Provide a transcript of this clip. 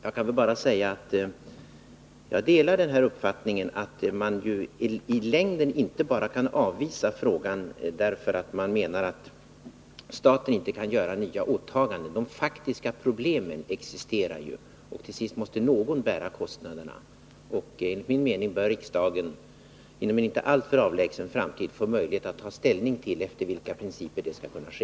Jag kan bara säga att jag delar uppfattningen att vi i längden inte Måndagen den bara kan avvisa frågan därför att staten inte kan ikläda sig nya åtaganden. De april 1981 faktiska problemen existerar ju, och till sist måste någon bära kostnaderna. Enligt min mening bör riksdagen inom en inte alltför avlägsen framtid få Om ändrade regmöjlighet att ta ställning till efter vilka principer det skall kunna ske.